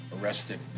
Arrested